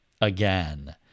again